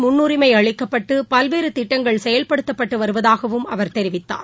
முன்னுரிமைஅளிக்கப்பட்டு பல்வேறுதிட்டங்கள் செயல்படுத்தப்பட்டுவருவதாகவும் அவர் தெரிவித்தார்